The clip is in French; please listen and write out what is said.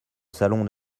salon